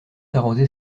arroser